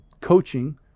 coaching